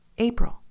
April